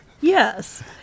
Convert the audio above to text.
Yes